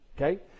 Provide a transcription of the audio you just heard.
Okay